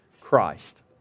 Christ